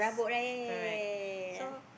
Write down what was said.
correct so